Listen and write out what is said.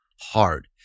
hard